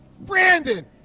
Brandon